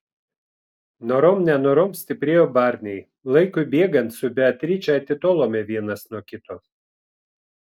norom nenorom stiprėjo barniai laikui bėgant su beatriče atitolome vienas nuo kito